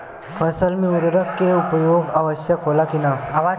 फसल में उर्वरक के उपयोग आवश्यक होला कि न?